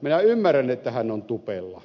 minä ymmärrän että hän on tupella